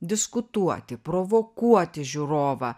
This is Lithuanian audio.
diskutuoti provokuoti žiūrovą